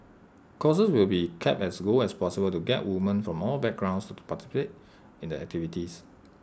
costs will be kept as low as possible to get woman from all backgrounds to participate in the activities